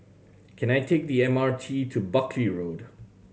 can I take the M R T to Buckley Road